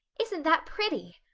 isn't that pretty!